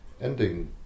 ending